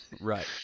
Right